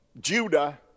Judah